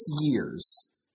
years